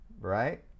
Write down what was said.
right